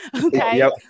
okay